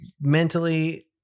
mentally